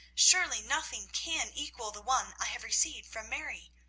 surely nothing can equal the one i have received from mary.